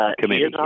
committee